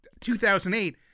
2008